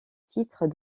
titres